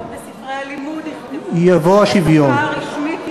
אבל בספרי הלימוד יכתבו, ובשפה הרשמית יאמרו,